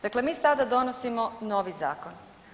Dakle, mi sada donosimo novi zakon.